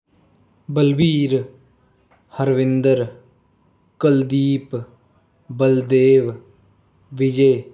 Balvir Harvinder Kuldeep Baldev Vijay